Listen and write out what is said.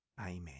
Amen